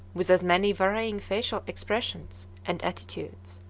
with as many varying facial expressions and attitudes.